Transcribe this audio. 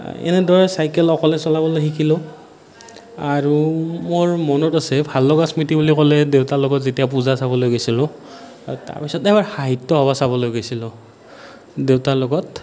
এনেদৰে চাইকেল অকলে চলাবলৈ শিকিলোঁ আৰু মোৰ মনত আছে ভাল লগা স্মৃতি বুলি ক'লে দেউতাৰ লগত যেতিয়া পূজা চাবলৈ গৈছিলোঁ আৰু তাৰপিছতে এবাৰ সাহিত্যসভা চাবলৈ গৈছিলোঁ দেউতাৰ লগত